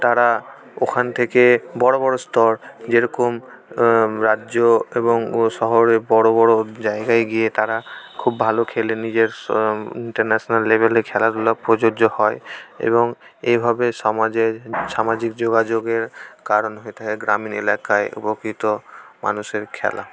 তারা ওখান থেকে বড় বড় স্তর যেরকম রাজ্য এবং ও শহরে বড় বড় জায়গায় গিয়ে তারা খুব ভালো খেলে নিজের ইন্টারন্যাশনাল লেভেলে খেলাধূলা প্রযোজ্য হয় এবং এইভাবে সমাজে সামাজিক যোগাযোগের কারণ হয়ে থাকে গ্রামীণ এলাকায় উপকৃত মানুষের খেলা